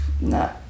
No